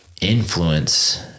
influence